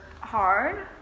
hard